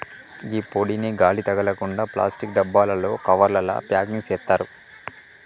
గీ పొడిని గాలి తగలకుండ ప్లాస్టిక్ డబ్బాలలో, కవర్లల ప్యాకింగ్ సేత్తారు